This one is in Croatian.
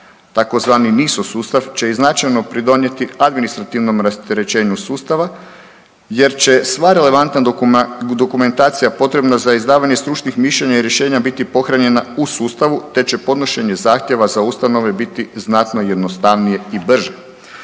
razumije./... sustav će i značajno pridonijeti administrativnom rasterećenju sustava jer će sva relevantna dokumentacija potrebna za izdavanje stručnih mišljenja i rješenja biti pohranjena u sustavu te će podnošenje zahtjeva za ustanove biti znatno jednostavnije i brže.